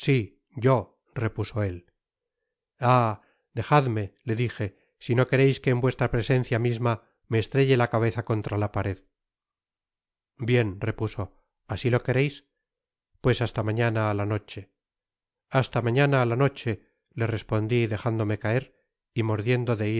yo repuso él ah dejadme le dije si no quereis que en vuestra presencia misma me estrelle la cabeza contra la pared bien repuso asi lo quereis pues hasta mañana á ianoche lias ta mañana á la noche le respondi dejándome caer y mordiendo de